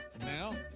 Now